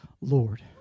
Lord